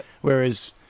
Whereas